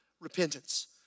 repentance